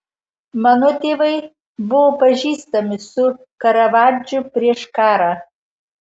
mano tėvai buvo pažįstami su karavadžu prieš karą